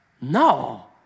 No